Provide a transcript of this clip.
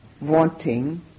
wanting